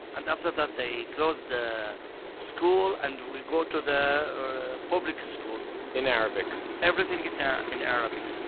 and after that they closed the school and we go to the public school in arabic? everything it's ah in arabic.